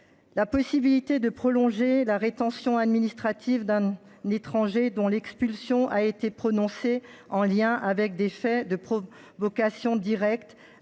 la possibilité de prolonger la rétention administrative d’un étranger dont l’expulsion a été prononcée en lien avec des faits de provocation directe